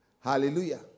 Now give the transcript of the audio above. Hallelujah